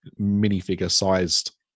minifigure-sized